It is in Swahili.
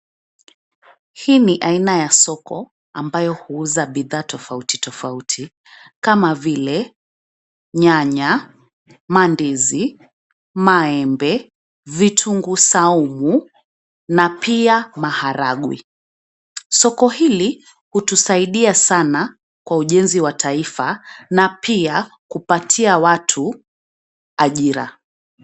Hii ni aina ya soko ambayo huuza bidhaa tofauti tofauti kama vile nyanya, mandizi, maembe, vitunguu saumu na pia maharagwe. Soko hili, hutusaidia sana kwa ujenzi wa taifa na pia kupatia watu ajira.